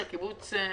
שהקיבוץ...